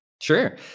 Sure